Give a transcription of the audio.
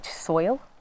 soil